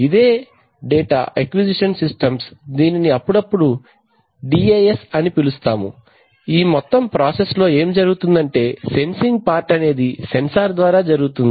ఇదే data acquisition systems దీనిని అప్పుడప్పుడు డిఏఎస్ అని పిలుస్తాము ఈ మొత్తం ప్రాసెస్ లో ఏం జరుగుతుందంటే సెన్సింగ్ పార్ట్ అనేది సెన్సార్ ద్వారా జరుగుతుంది